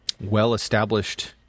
well-established